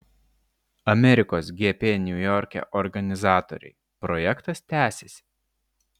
amerikos gp niujorke organizatoriai projektas tęsiasi